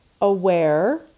aware